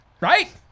right